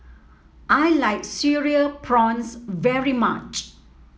I like Cereal Prawns very much